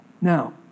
Now